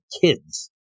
kids